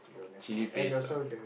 chili paste ah